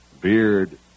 beard